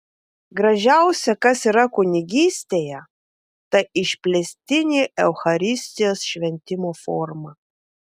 gražiausia kas yra kunigystėje ta išplėstinė eucharistijos šventimo forma